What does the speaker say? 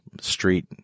street